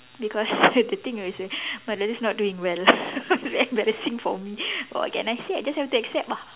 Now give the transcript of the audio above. because the thing is my my daughter is not doing well very embarrassing for me what can I say I just have to accept ah